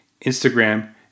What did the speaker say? Instagram